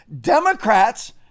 Democrats